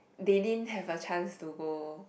they didn't have a chance to go